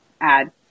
add